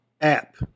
app